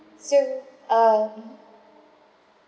so um